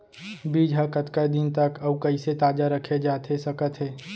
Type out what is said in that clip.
बीज ह कतका दिन तक अऊ कइसे ताजा रखे जाथे सकत हे?